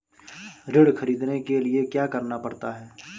ऋण ख़रीदने के लिए क्या करना पड़ता है?